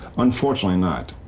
unfortunately not